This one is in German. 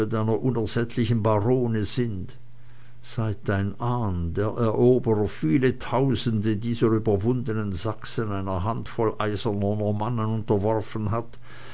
unersättlichen barone sind seit dein ahn der eroberer viele tausende dieser überwundenen sachsen einer handvoll eiserner normannen unterworfen hat